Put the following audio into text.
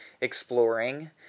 exploring